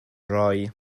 rhoi